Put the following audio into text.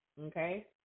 okay